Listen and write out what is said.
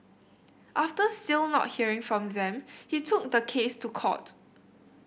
after still not hearing from them he took the case to court